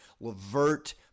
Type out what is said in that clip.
Levert